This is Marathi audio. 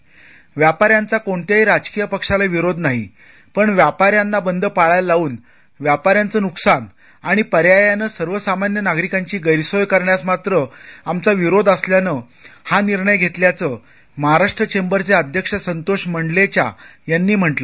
राज्यातील व्यापाऱ्यांचा कोणत्याही राजकीय पक्षाला विरोध नाही पण व्यापाऱ्यांना बंद पाळायला लावून व्यापाऱ्यांचं नुकसान आणि पर्यायाने सर्वसामान्य नागरिकांचीही गैरसोय करण्यास आमचा विरोध असल्यानं हा निर्णय घेतल्याचं महाराष्ट्र चेंबरचे अध्यक्ष संतोष मंडलेचा यांनी आकाशवाणीशी बोलताना सांगितलं